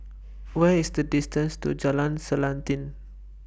What IS The distances to Jalan Selanting